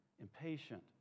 impatient